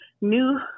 new